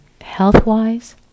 health-wise